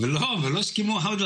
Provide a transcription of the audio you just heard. הוועדה המיוחדת